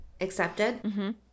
Accepted